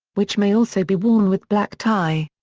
which may also be worn with black tie.